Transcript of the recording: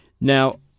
Now